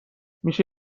میشه